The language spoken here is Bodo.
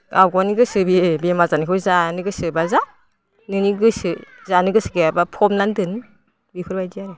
आवगायनि गोसो बेयो बेमार जानायखौ जानो गोसोबा जा नोंनि गोसो जानो गोसो गैयाबा फबना दोन बेफोरबायदि आरो